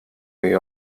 või